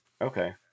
okay